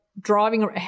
driving